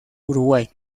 uruguay